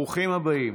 ברוכים הבאים.